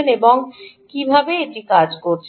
এবং কেন এবং কীভাবে এটি কাজ করেছিল